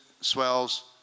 swells